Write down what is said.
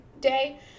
day